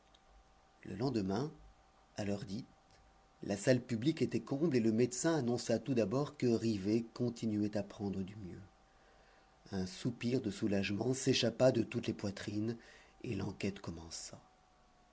le lendemain à l'heure dite la salle publique était comble et le médecin annonça tout d'abord que rivet continuait à prendre du mieux un soupir de soulagement s'échappa de toutes les poitrines et l'enquête commença